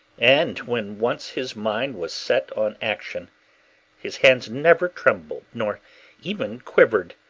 and when once his mind was set on action his hands never trembled nor even quivered.